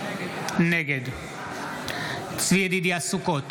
נגד צבי ידידיה סוכות,